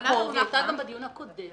--- התמונה המלאה הונחה כבר בדיון הקודם